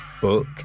book